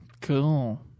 Cool